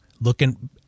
looking